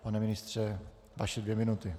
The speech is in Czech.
Pane ministře, vaše dvě minuty.